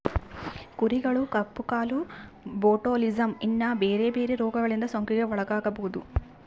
ಕುರಿಗಳು ಕಪ್ಪು ಕಾಲು, ಬೊಟುಲಿಸಮ್, ಇನ್ನ ಬೆರೆ ಬೆರೆ ರೋಗಗಳಿಂದ ಸೋಂಕಿಗೆ ಒಳಗಾಗಬೊದು